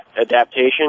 adaptation